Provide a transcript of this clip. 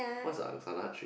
what's a Angsana tree